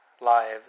lives